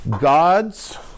God's